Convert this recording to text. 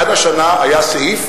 עד השנה היה סעיף: